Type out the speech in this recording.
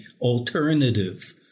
alternative